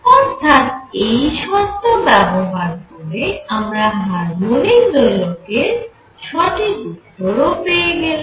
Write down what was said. অর্থাৎ এই শর্ত ব্যবহার করে আমরা হারমনিক দোলকের সঠিক উত্তর ও পেয়ে গেলাম